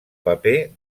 paper